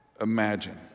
imagine